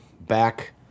back